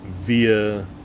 via